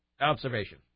Observation